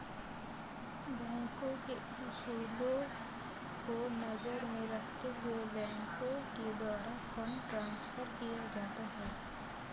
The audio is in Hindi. बैंकों के उसूलों को नजर में रखते हुए बैंकों के द्वारा फंड ट्रांस्फर किया जाता है